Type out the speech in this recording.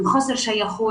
עם חוסר שייכות,